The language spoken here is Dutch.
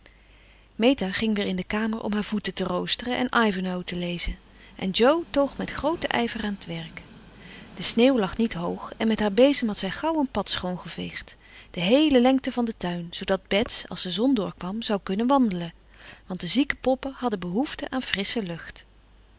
meta ging weer in de kamer om haar voeten te roosteren en ivanhoe te lezen en jo toog met grooten ijver aan t werk de sneeuw lag niet hoog en met haar bezem had zij gauw een pad schoon geveegd de heele lengte van den tuin zoodat bets als de zon doorkwam zou kunnen wandelen want de zieke poppen hadden behoefte aan frissche lucht